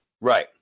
Right